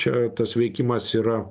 čia tas veikimas yra